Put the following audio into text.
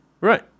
Right